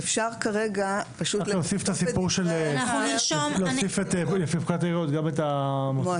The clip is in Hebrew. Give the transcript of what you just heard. צריך להוסיף לפקודת העיריות גם את המועצות.